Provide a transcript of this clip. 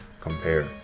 compare